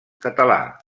català